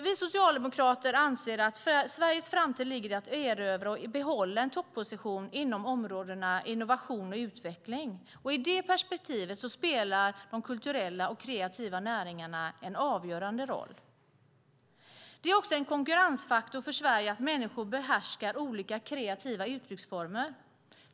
Vi socialdemokrater anser att Sveriges framtid ligger i att erövra och behålla en topposition inom områdena innovation och utveckling. I det perspektivet spelar de kulturella och kreativa näringarna en avgörande roll. Det är också en konkurrensfaktor för Sverige att människor behärskar olika kreativa uttrycksformer.